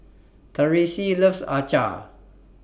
Therese loves Acar